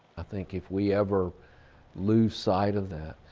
i think if we ever lose sight of that,